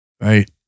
right